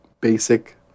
basic